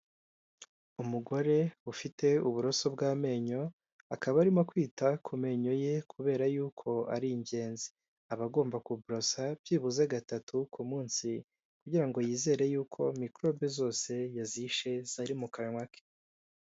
Umugore ufite uburoso bw'amenyo akaba arimo kwita ku menyo ye kubera yuko ari ingenzi, aba agomba kuborosa byibuze gatatu ku munsi kugira ngo yizere yuko mikorobe zose yazishe zari mu kanwa ke.